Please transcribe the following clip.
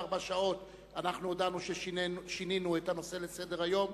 שעות אנחנו הודענו ששינינו את הנושא לסדר-היום,